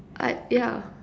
I yeah